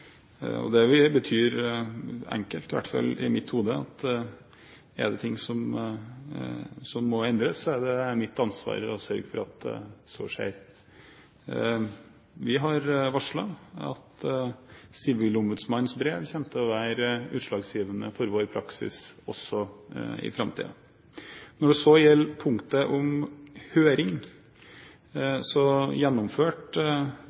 mitt ansvar. Det betyr ganske enkelt – i hvert fall i mitt hode – at hvis det er ting som må endres, er det mitt ansvar å sørge for at så skjer. Vi har varslet at sivilombudsmannens brev kommer til å være utslagsgivende for vår praksis også i framtiden. Når det gjelder punktet om høring,